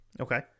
Okay